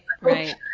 Right